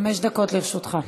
חמש דקות לרשותך.